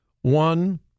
One